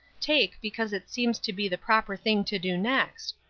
take because it seems to be the proper thing to do next,